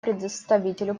представителю